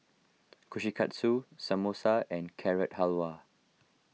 Kushikatsu Samosa and Carrot Halwa